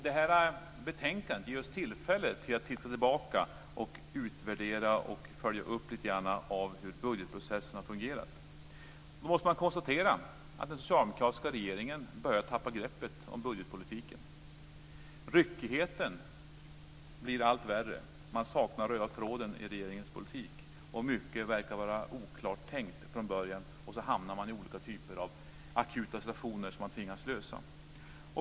Det här betänkandet ger oss tillfälle att titta tillbaka, utvärdera och följa upp lite grann hur budgetprocessen har fungerat. Låt mig konstatera att den socialdemokratiska regeringen börjar tappa greppet om budgetpolitiken. Ryckigheten blir allt värre. Man saknar den röda tråden i regeringens politik, och mycket verkar vara oklart tänkt från början. Då hamnar man i olika typer av akuta situationer som man tvingas lösa.